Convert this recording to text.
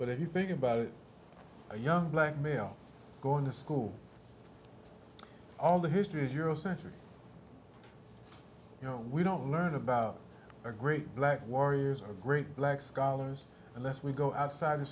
but if you think about it a young black male going to school all the history is euro centric you know we don't learn about the great black warriors or great black scholars unless we go outside the